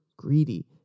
greedy